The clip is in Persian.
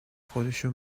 خودشو